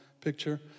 picture